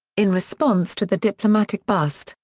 in response to the diplomatic bust,